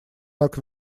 так